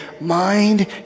mind